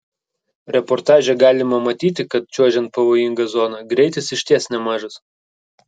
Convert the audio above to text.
reportaže galima matyti kad čiuožiant pavojinga zona greitis iš ties nemažas